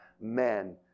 men